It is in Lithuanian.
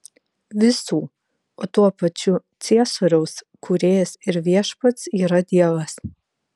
visų o tuo pačiu ciesoriaus kūrėjas ir viešpats yra dievas